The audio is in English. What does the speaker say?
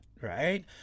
Right